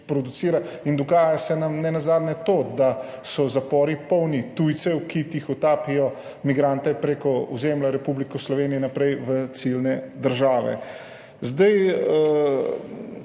Dogaja se nam nenazadnje to, da so zapori polni tujcev, ki tihotapijo migrante preko ozemlja Republike Slovenije naprej v ciljne države.